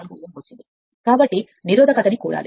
44 ఓం కాబట్టి ఇది మనకు 0